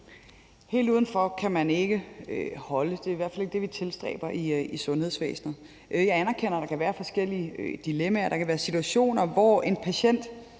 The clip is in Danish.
journalen kan man ikke holde dem. Det er i hvert fald ikke det, vi tilstræber i sundhedsvæsenet. Jeg anerkender, at der kan være forskellige dilemmaer. Der kan være situationer – det